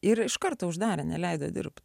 ir iš karto uždarė neleido dirbt